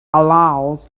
allowed